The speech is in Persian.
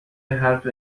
حرف